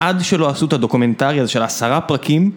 עד שלא עשו את הדוקומנטרי הזה של עשרה פרקים